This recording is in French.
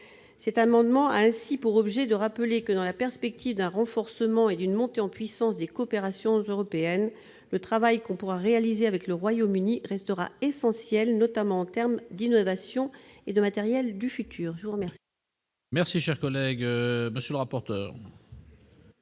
cet amendement a pour objet de rappeler que, dans la perspective d'un renforcement et d'une montée en puissance des coopérations européennes, le travail que l'on pourra réaliser avec le Royaume-Uni restera essentiel, notamment s'agissant de l'innovation et du matériel du futur. Quel